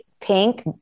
pink